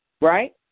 Right